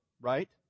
right